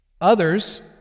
Others